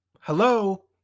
Hello